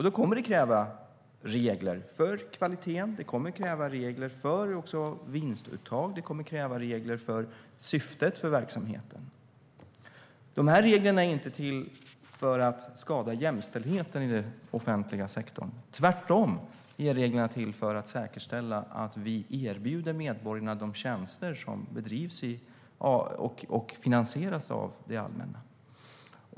Det kommer att kräva regler för kvaliteten, det kommer att kräva regler för vinstuttag och det kommer att kräva regler för syftet med verksamheten. Svar på interpellationer Dessa regler är inte till för att skada jämställdheten i den offentliga sektorn. Tvärtom är reglerna till för att säkerställa att vi erbjuder medborgarna de tjänster som bedrivs i och finansieras av det allmänna.